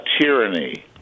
tyranny